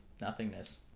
nothingness